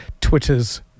Twitter's